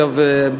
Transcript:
אגב,